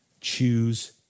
Choose